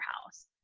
house